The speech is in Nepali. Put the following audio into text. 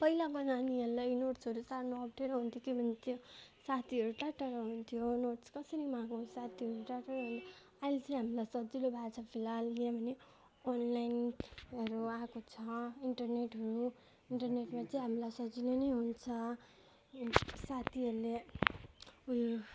पहिलाको नानीहरूलाई नोट्सहरू सार्न अप्ठ्यारो हुन्थ्यो के हुन्थ्यो साथीहरू टाढा टाढा हुन्थ्यो नोट्स कसरी मागौँ साथीहरू टाढो टाढो आहिले चाहिँ हामीलाई सजिलो भएको छ फिलहाल किनभने अनलाइनहरू आएको छ इन्टरनेटहरू इन्टरनेटमा चाहिँ हामीलाई सजिलो नै हुन्छ साथीहरूले ऊ यो